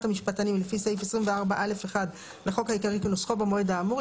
המשפטנים לפי סעיף 24(א)(1) לחוק העיקרי כנוסחו במועד האמור,